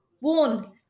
warn